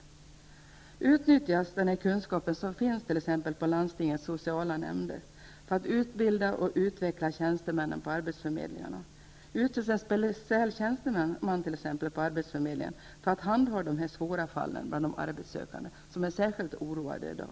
Det gäller att utnyttja den kunskap som finns t.ex. i landstingens sociala nämnder för att utbilda tjänstemännen på arbetsförmedlingarna och utveckla deras kunskaper. Man kan t.ex. utse en speciell tjänsteman på arbetsförmedlingen för att handha svåra fall med arbetssökande som är särskilt oroade i dag.